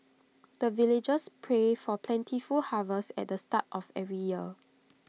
the villagers pray for plentiful harvest at the start of every year